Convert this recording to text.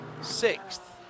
sixth